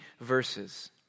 verses